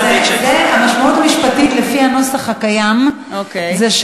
אז המשמעות המשפטית לפי הנוסח הקיים היא,